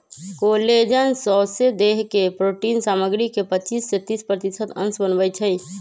collagen सौसे देह के प्रोटिन सामग्री के पचिस से तीस प्रतिशत अंश बनबइ छइ